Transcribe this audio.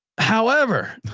however,